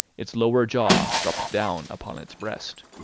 its lower jaw dropped down upon its breast!